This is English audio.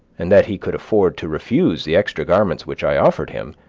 and that he could afford to refuse the extra garments which i offered him,